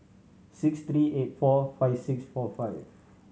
six three eight four five six four five